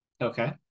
Okay